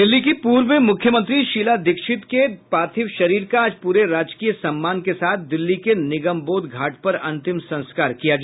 दिल्ली की पूर्व मुख्यमंत्री शीला दीक्षित के पार्थिव शरीर का आज पूरे राजकीय सम्मान के साथ दिल्ली के निगमबोध घाट पर अंतिम संस्कार किया गया